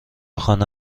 خانه